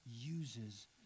uses